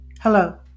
Hello